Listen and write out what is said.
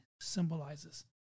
symbolizes